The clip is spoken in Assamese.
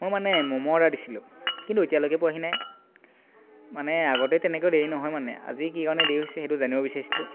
মোৰ মানে ম'ম' অৰ্ডাৰ দিছিলোঁ কিন্তু এতিয়ালৈকে পোৱাহি নাই মানে আগতে তেনেকৈ দেৰি নহয় মানে আজি কি কাৰণে দেৰি হৈছে সেইটো জানিব বিচাৰিছিলোঁ